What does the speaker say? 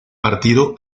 partido